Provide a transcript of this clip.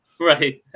Right